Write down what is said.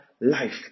life